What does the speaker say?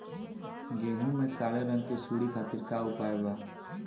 गेहूँ में काले रंग की सूड़ी खातिर का उपाय बा?